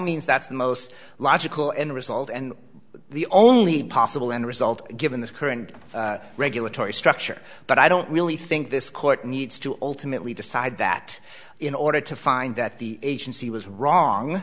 means that's the most logical end result and the only possible end result given this current regulatory structure but i don't really think this court needs to ultimately decide that in order to find that the agency was wrong